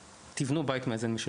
שתבנו בית מאזן משלכם",